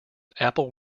apple